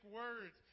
words